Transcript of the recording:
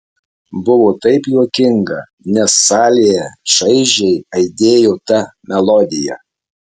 buvo taip juokinga nes salėje šaižiai aidėjo ta melodija